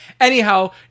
anyhow